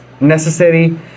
necessary